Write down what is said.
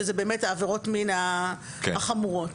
שאלו עבירות המין החמורות.